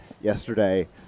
yesterday